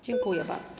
Dziękuję bardzo.